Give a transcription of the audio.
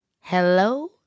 Hello